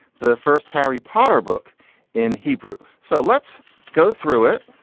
the first harry potter book in hebrew. so let's go through it.